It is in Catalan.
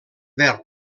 verb